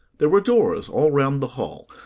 there were doors all round the hall,